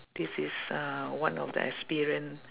this is uh one of the experience